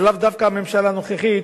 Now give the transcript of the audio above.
זה לאו דווקא הממשלה הנוכחית,